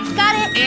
got it.